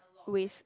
ways